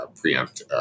preempt